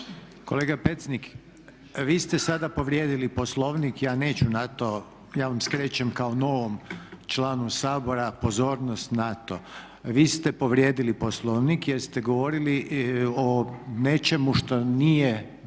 Kolega Pecnik vi ste sada povrijedili Poslovnik, ja neću na to, ja vam skrećem kao novom članu Sabora pozornost na to. Vi ste povrijedili Poslovnik jer ste govorili o nečemu što nije imalo